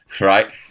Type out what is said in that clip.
right